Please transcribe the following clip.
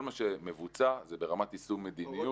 כל מה שמבוצע זה ברמת יישום מדיניות.